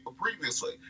previously